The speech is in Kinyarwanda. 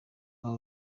aba